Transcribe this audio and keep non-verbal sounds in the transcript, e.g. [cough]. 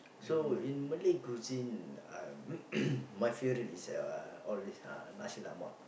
so in Malay cuisine uh [noise] my favourite is uh always uh nasi-lemak